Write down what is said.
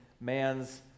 man's